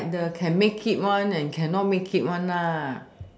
like the can make it one and cannot make it one ah